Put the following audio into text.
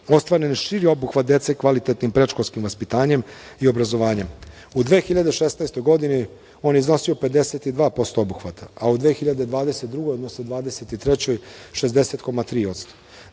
ostvaren je širi obuhvat dece kvalitetnim predškolskim vaspitanjem i obrazovanjem. U 2016. godini on je iznosio 52% obuhvata, a u 2022. odnosno 2023. godini